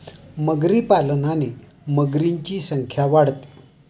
मगरी पालनाने मगरींची संख्या वाढते